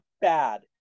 bad